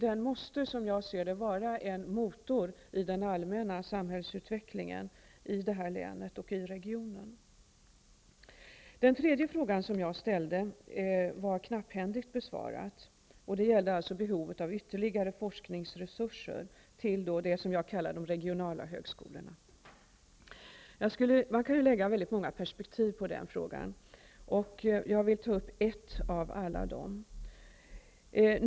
Det måste, som jag ser det, vara en motor i den allmänna samhällsutvecklingen i länet och i regionen. Den tredje fråga som jag ställt var knapphändigt besvarad. Det gäller behovet av ytterligare forskningsresurser till de regionala högskolorna, som jag kallar dem. Man kan ju lägga många perspektiv på frågan, men jag vill ta upp ett av dem.